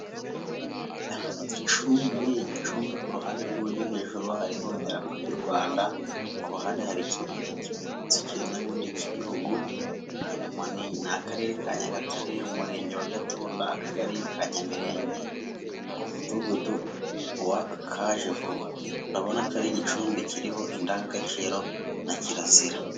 Gicumbi gicumbi kuruhande rw'iburyo hejuru hariho idarapo ry'u rwanda kuruhande hari ikimenyetso nubundi cy'igihugu ni akarere ka Nyagatare, umurenge wa Gatunda, akagari ka Nyamirenge, umudugudu wa kajevuba, urabona ko ari gicumbi kiriho indangagaciro na kirazira.